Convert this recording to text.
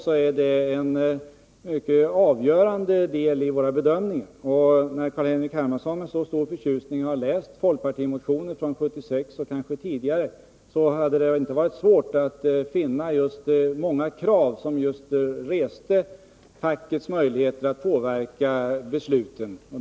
Tvärtom är det en avgörande del av underlaget för våra bedömningar. När Carl-Henrik Hermansson med så stor förtjusning läst folkpartimotioner från 1975/76 och kanske även från tidigare år hade det väl inte varit svårt att finna många krav där som tog fasta på fackets möjligheter att påverka besluten.